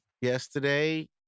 yesterday